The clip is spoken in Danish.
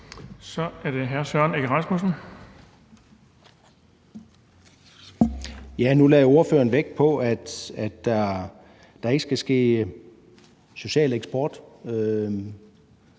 Kl. 15:33 Søren Egge Rasmussen (EL): Nu lagde ordføreren vægt på, at der ikke skal ske social eksport